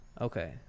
Okay